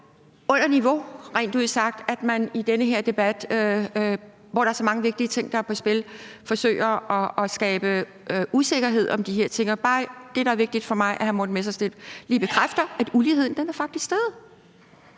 er under niveau rent ud sagt, at man i den her debat, hvor der er så mange vigtige ting på spil, forsøger at skabe usikkerhed om de her ting. Det, der er vigtigt for mig, er, at hr. Morten Messerschmidt lige bekræfter, at uligheden faktisk er steget.